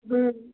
हम्म